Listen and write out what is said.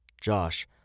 Josh